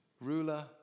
ruler